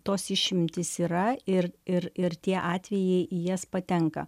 tos išimtys yra ir ir ir tie atvejai į jas patenka